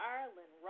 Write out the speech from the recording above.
Ireland